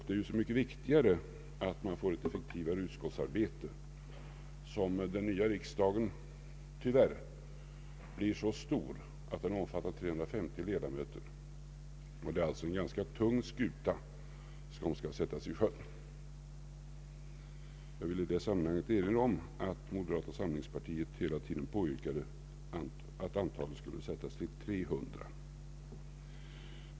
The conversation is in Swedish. Det är så mycket viktigare att vi får ett effektivare utskottsarbete som den nya riksdagen tyvärr blir så stor att den omfattar 350 ledamöter; det är alltså en tung skuta som skall sättas i sjön. Jag vill i detta sammanhang erinra om att moderata samlingspartiet hela tiden påyrkade att antalet skulle sättas till 300.